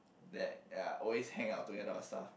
that ya always hang out together or stuff